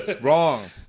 Wrong